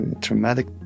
traumatic